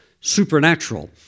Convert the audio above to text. supernatural